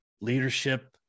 leadership